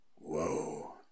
Whoa